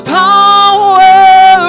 power